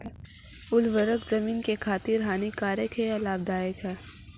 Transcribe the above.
उर्वरक ज़मीन की खातिर हानिकारक है या लाभदायक है?